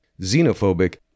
xenophobic